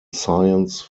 science